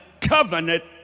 covenant